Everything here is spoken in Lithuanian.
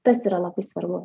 tas yra labai svarbu